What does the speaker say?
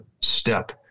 step